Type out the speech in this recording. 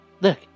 look